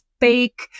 fake